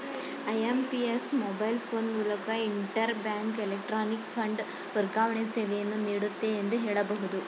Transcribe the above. IMPS mobile phone ಮೂಲಕ inter bank electronic fund ವರ್ಗಾವಣೆ ಸೇವೆಯನ್ನು ನೀಡುತ್ತೆ ಎಂದು ಹೇಳಬಹುದು